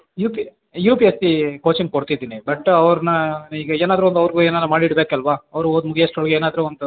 you P U P S C coaching ಕೊಡ್ತಿದ್ದೀನಿ but ಅವ್ರನ್ನ ಈಗ ಏನಾದರೂ ಒಂದು ಅವ್ರಿಗೂ ಏನಾನ ಮಾಡಿಡಬೇಕಲ್ವಾ ಅವ್ರ ಓದು ಮುಗ್ಯೋಷ್ಟ್ರೊಳಗೆ ಏನಾದ್ರೂ ಒಂದು